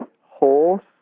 horse